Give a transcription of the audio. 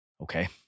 Okay